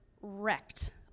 wrecked